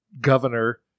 governor